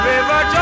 River